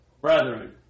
brethren